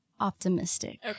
optimistic